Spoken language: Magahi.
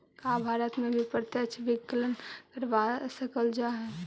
का भारत में भी प्रत्यक्ष विकलन करवा सकल जा हई?